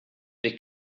they